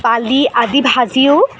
বালি আদি ভাজিও